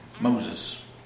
Moses